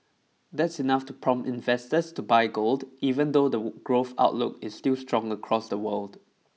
that's enough to prompt investors to buy gold even though the growth outlook is still strong across the world